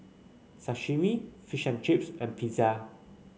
Sashimi Fish and Chips and Pizza